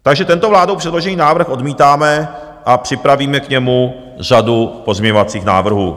Takže tento vládou předložený návrh odmítáme a připravíme k němu řadu pozměňovacích návrhů.